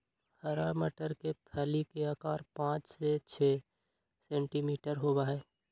हरा मटर के फली के आकार पाँच से छे सेंटीमीटर होबा हई